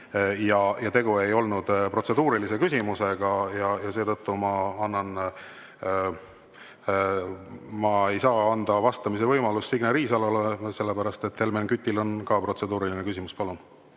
Tegu ei olnud protseduurilise küsimusega. Seetõttu ma annan … Ma ei saa anda vastamise võimalust Signe Riisalole, sellepärast et Helmen Kütil on ka protseduuriline küsimus. Palun!